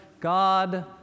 God